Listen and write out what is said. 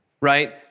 Right